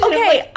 Okay